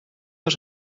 als